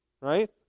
right